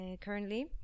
currently